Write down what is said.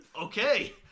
Okay